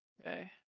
Okay